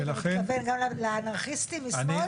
אתה מתכוון גם לאנרכיסטים משמאל?